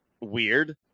weird